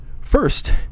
First